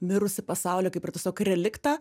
mirusį pasaulį kaip ir tiesiog reliktą